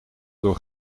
door